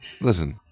Listen